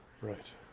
right